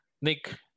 Nick